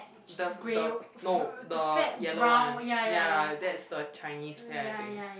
the the no the yellow one ya that's the Chinese pear I think